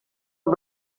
amb